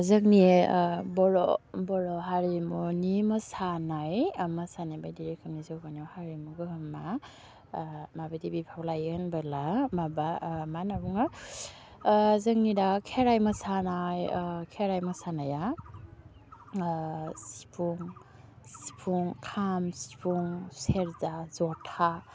जोंनि बर' बर' हारिमुनि मोसानाय मोसानाय बायदि रोखोमनि जौगानायाव हारिमु गोहोमा माबायदि बिफाव लायो होनबोला माबा मा होन्ना बुङो जोंनि दा खेराइ मोसानाय खेराइ मोसानाया सिफुं सिफुं खाम सिफुं सेरजा ज'था